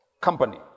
Company